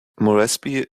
moresby